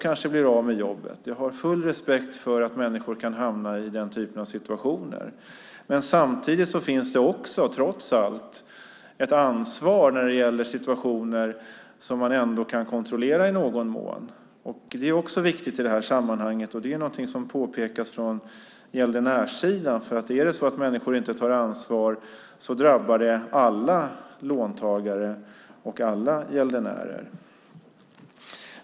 Kanske blir man också av med jobbet. Jag har full respekt för att människor kan hamna i den typen av situationer. Samtidigt finns det trots allt ett ansvar när det gäller situationer som man i någon mån kan kontrollera, vilket också är viktigt i sammanhanget och något som påpekas från gäldenärssidan. Om människor inte tar ansvar drabbas alla låntagare och alla gäldenärer.